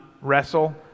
wrestle